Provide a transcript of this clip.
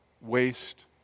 waste